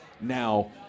now